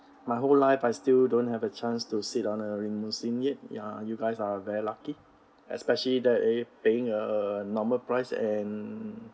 my whole life I still don't have a chance to sit on limousine yet ya you guys are very lucky especially that eh paying a normal price and